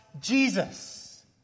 Jesus